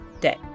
day